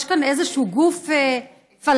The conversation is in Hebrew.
יש כאן איזשהו גוף פלסטיני,